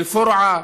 אל-פורעה,